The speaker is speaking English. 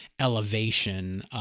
elevation